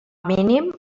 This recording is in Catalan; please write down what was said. mínim